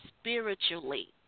spiritually